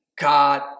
God